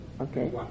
Okay